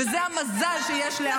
וזה המזל שיש לעם ישראל.